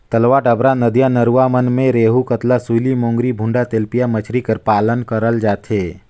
तलवा डबरा, नदिया नरूवा मन में रेहू, कतला, सूइली, मोंगरी, भुंडा, तेलपिया मछरी कर पालन करल जाथे